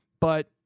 But-